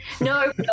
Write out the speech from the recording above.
No